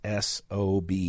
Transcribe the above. SOB